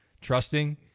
trusting